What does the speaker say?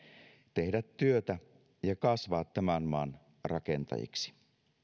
tehdä työtä ja kasvaa tämän maan rakentajiksi